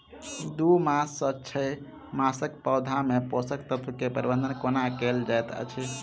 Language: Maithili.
दू मास सँ छै मासक पौधा मे पोसक तत्त्व केँ प्रबंधन कोना कएल जाइत अछि?